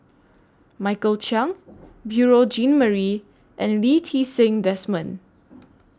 Michael Chiang Beurel Jean Marie and Lee Ti Seng Desmond